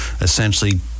essentially